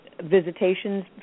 Visitations